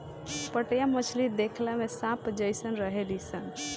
पाटया मछली देखला में सांप जेइसन रहेली सन